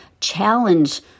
challenge